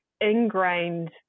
ingrained